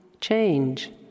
change